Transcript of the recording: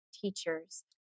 teachers